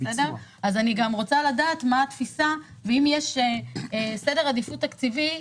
אז אני רוצה לדעת מה התפיסה ואם יש סדר עדיפות תקציבי לדברים.